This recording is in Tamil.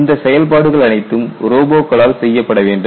இந்த செயல்பாடுகள் அனைத்தும் ரோபோக்களால் செய்யப்பட வேண்டும்